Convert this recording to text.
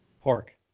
Pork